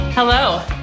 Hello